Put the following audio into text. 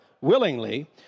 willingly